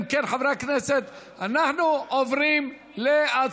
אם כן, חברי הכנסת, אנחנו עוברים להצבעה.